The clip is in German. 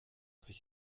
sich